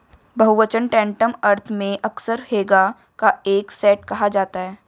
बहुवचन टैंटम अर्थ में अक्सर हैगा का एक सेट कहा जाता है